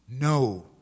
No